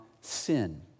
sin